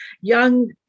young